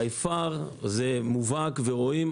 זה מובהק ורואים,